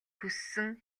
хүссэн